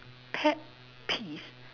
pet peeve